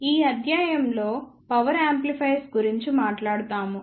ఈ అధ్యాయం లో పవర్ యాంప్లిఫైయర్స్ గురించి మాట్లాడుతాము